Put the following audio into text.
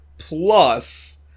Plus